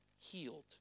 healed